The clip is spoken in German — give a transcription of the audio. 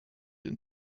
den